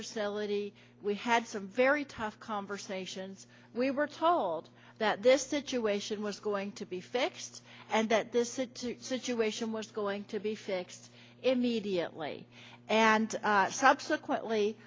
facility we had some very tough conversations we were told that this situation was going to be fixed and that this it situation was going to be fixed immediately and subsequently